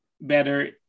better